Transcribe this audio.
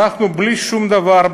בלי שום דבר,